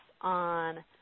on